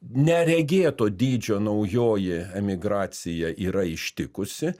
neregėto dydžio naujoji emigracija yra ištikusi